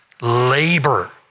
labor